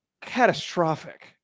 catastrophic